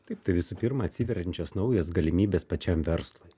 taip tai visų pirma atsiveriančios naujos galimybės pačiam verslui